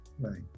Right